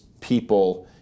people